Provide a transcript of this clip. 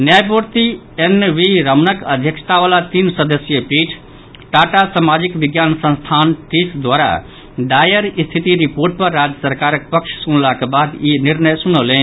न्यायमूर्ति N V रमनक अध्यक्षतावला तीन सदस्यीय पीठ टाटा सामाजिक विज्ञान संस्थान टिस द्वारा दायर स्थिति रिपोर्ट पर राज्य सरकारक पक्ष सुनलाक बाद ई निर्णय सुनौलनि